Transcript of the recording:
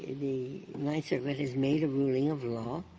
the ninth circuit has made a ruling of law.